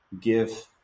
give